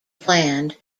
planned